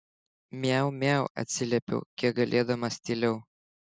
miau miau atsiliepiau kiek galėdamas tyliau